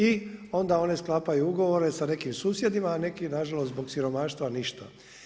I onda one sklapaju ugovore sa nekim susjedima, a neki na žalost zbog siromaštva ništa.